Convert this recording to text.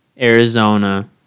Arizona